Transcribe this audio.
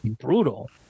Brutal